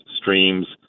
streams